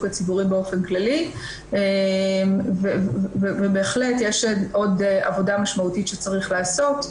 הציבורי באופן כללי ובהחלט יש שם עוד עבודה משמעותית שצריך לעשות.